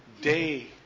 day